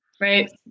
Right